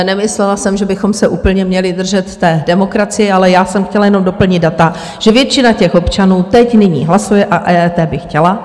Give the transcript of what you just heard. Nemyslela jsem, že bychom se úplně měli držet té demokracie, ale já jsem jenom chtěla doplnit data, že většina těch občanů teď, nyní hlasuje a EET by chtěla.